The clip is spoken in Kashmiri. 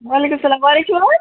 وعلیکم سلام وارے چھِو حظ